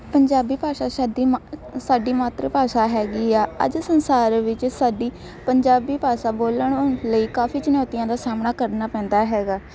ਪੰਜਾਬੀ ਭਾਸ਼ਾ ਸ਼ਾਦੀ ਮਾ ਸਾਡੀ ਮਾਤਰ ਭਾਸ਼ਾ ਹੈਗੀ ਆ ਅੱਜ ਸੰਸਾਰ ਵਿੱਚ ਸਾਡੀ ਪੰਜਾਬੀ ਭਾਸ਼ਾ ਬੋਲਣ ਲਈ ਕਾਫ਼ੀ ਚੁਣੌਤੀਆਂ ਦਾ ਸਾਹਮਣਾ ਕਰਨਾ ਪੈਂਦਾ ਹੈਗਾ